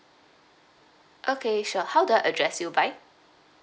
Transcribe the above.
okay sure how do I address you by